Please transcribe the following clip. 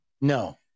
No